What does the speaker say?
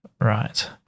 Right